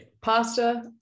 Pasta